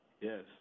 Yes